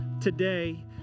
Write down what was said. today